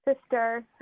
sister